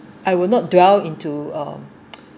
I will not dwell into uh